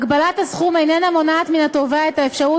הגבלת הסכום איננה מונעת מן התובע את האפשרות